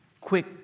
quick